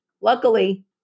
Luckily